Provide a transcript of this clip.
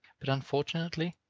but unfortunately,